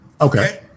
Okay